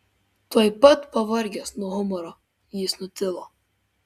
tuoj pat pavargęs nuo humoro jis nutilo